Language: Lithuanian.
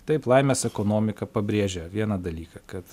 taip laimės ekonomika pabrėžia vieną dalyką kad